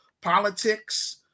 politics